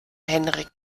henrik